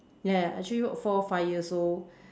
ya ya actually look four five years old